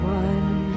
one